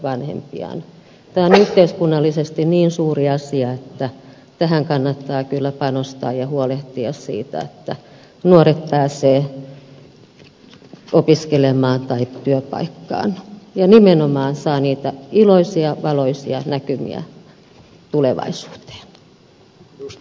tämä on yhteiskunnallisesti niin suuri asia että kannattaa kyllä panostaa tähän ja huolehtia siitä että nuoret pääsevät opiskelemaan tai työpaikkaan ja nimenomaan saavat niitä iloisia valoisia näkymiä tulevaisuuteen